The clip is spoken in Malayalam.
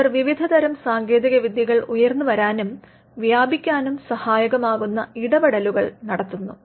അവർ വിവിധതരം സാങ്കേതിക വിദ്യകൾ ഉയർന്നുവരാനും വ്യാപിക്കാനും സഹായകമാകുന്ന ഇടപെടലുകൾ നടത്തുന്നു